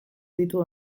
ditu